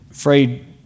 Afraid